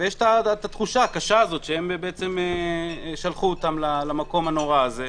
ויש את ההרגשה הקשה הזאת שהם בעצם שלחו אותם למקום הנורא הזה,